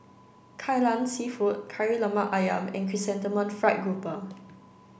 Lai Lan Seafood Kari Lemak Ayam and Chrysanthemum Fried Grouper